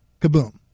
kaboom